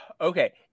Okay